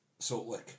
Saltlick